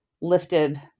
lifted